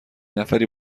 نفری